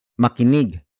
Makinig